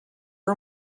are